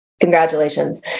Congratulations